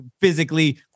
physically